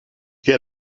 you